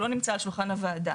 הוא לא נמצא על שולחן הוועדה.